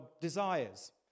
desires